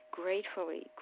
gratefully